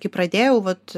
kai pradėjau vat